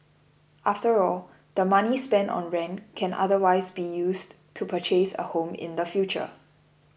after all the money spent on rent can otherwise be used to purchase a home in the future